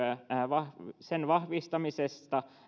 ja yritystemme kilpailukyvyn vahvistamisesta